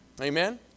Amen